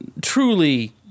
Truly